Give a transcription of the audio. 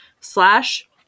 slash